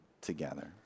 together